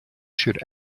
should